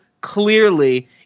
clearly